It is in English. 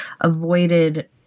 avoided